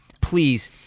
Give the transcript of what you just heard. Please